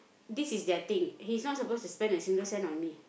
this is their thing he's not supposed to spend a single cent on me